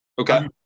Okay